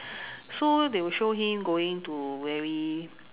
so they will show him going to very